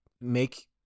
make